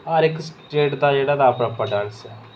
हर इक्क स्टेट दा जेह्का अपना अपना डांस ऐ